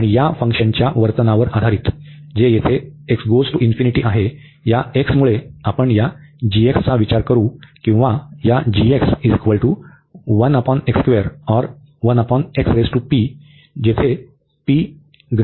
आणि या फंक्शनच्या या वर्तनवर आधारित जे येथे आहे या x मुळे आपण या g चा विचार करू किंवा या यावर विचार करू